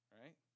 right